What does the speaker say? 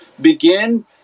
begin